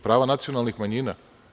Prava nacionalnih manjina?